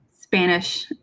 Spanish